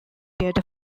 data